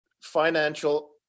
financial